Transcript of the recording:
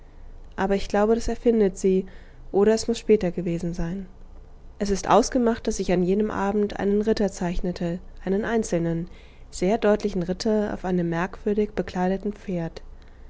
aber ich glaube das erfindet sie oder es muß später gewesen sein es ist ausgemacht daß ich an jenem abend einen ritter zeichnete einen einzelnen sehr deutlichen ritter auf einem merkwürdig bekleideten pferd